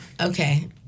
Okay